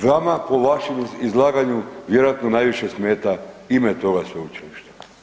Vama po vašem izlaganju vjerojatno najviše smeta ime toga sveučilišta.